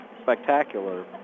spectacular